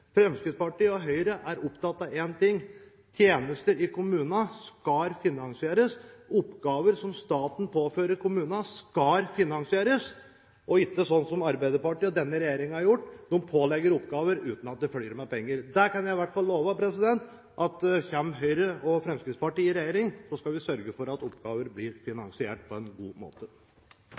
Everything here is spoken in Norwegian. Høyre er opptatt av én ting: Tjenester i kommunene skal finansieres. Oppgaver som staten påfører kommunene, skal finansieres og ikke behandles sånn som Arbeiderpartiet og denne regjeringen har gjort, ved at de pålegger oppgaver uten at det følger med penger. Jeg kan i hvert fall love at kommer Høyre og Fremskrittspartiet i regjering, skal vi sørge for at oppgaver blir finansiert på en god måte.